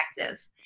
active